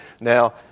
Now